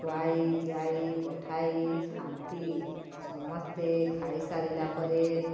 ଖୁଆଇ ପିଆଇ ପଠାଇ ଥାନ୍ତି ସମସ୍ତେ ଖାଇସାରିଲା ପରେ